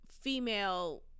female